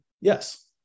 Yes